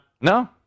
No